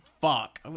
fuck